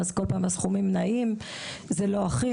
אנחנו רואים שהסכומים נעים ושזה לא אחיד.